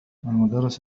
المدرس